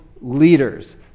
leaders